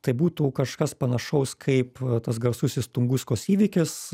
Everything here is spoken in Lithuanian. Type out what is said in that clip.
tai būtų kažkas panašaus kaip tas garsusis tunguskos įvykis